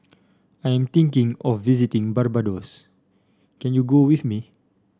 I am thinking of visiting Barbados can you go with me